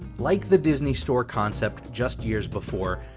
like the disney store concept just years before,